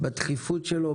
בדחיפות שלו,